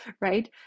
right